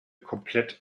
komplett